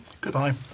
Goodbye